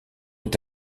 est